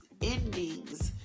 endings